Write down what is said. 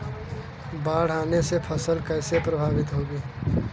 बाढ़ आने से फसल कैसे प्रभावित होगी?